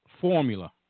formula